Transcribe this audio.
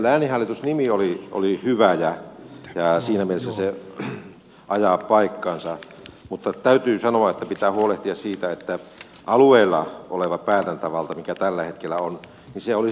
lääninhallitus nimi oli hyvä ja siinä mielessä se ajaa paikkaansa mutta täytyy sanoa että pitää huolehtia siitä että alueilla oleva päätäntävalta mikä tällä hetkellä on olisi syytä säilyttää